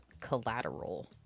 collateral